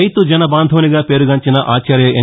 రైతు జన బాంధవునిగా పేరు గాంచిన ఆచార్య ఎన్